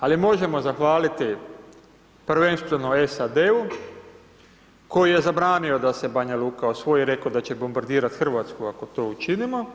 Ali, možemo zahvaliti prvenstveno SAD-u koji je zabranio da se Banja Luka osvoji i rekao da će bombardirati Hrvatsku ako to učinimo.